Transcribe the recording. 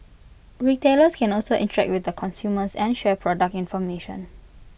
retailers can also interact with the consumers and share product information